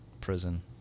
prison